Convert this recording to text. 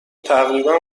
تقریبا